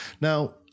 Now